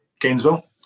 Gainesville